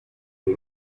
den